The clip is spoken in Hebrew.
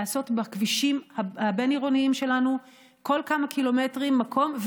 לעשות בכבישים הבין-עירוניים שלנו כל כמה קילומטרים מקום,